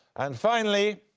and finally.